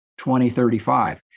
2035